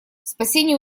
спасение